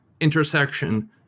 intersection